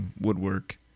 woodwork